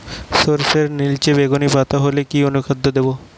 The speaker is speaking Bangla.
সরর্ষের নিলচে বেগুনি পাতা হলে কি অনুখাদ্য দেবো?